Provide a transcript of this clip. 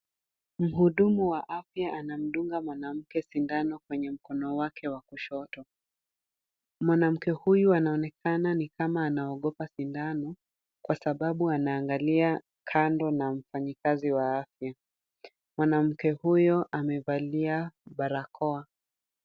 Mhudumu wa afya anamdunga mwanamke sindano kwenye mkono wake wa kushoto. Mwanamke huyu anaonekana ni kama anaogopa sindano kwa sababu anaangalia kando na mfanyakazi wa afya. Mwanamke huyo amevalia barakoa.